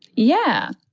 yeah,